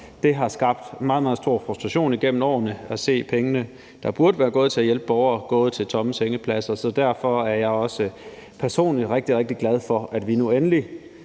skabt meget, meget stor frustration at se pengene, der burde være gået til at hjælpe borgere, gå til tomme sengepladser. Så derfor er jeg også personligt rigtig, rigtig glad for, at den her